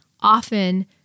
often